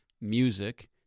music